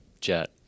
jet